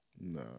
No